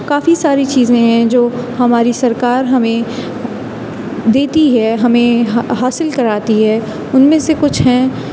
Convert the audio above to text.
کافی ساری چیزیں ہیں جو ہماری سرکار ہمیں دیتی ہے ہمیں حاصل کراتی ہے ان میں سے کچھ ہیں